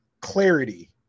clarity